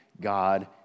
God